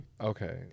Okay